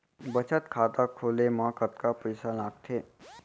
बचत खाता खोले मा कतका पइसा लागथे?